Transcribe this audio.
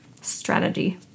strategy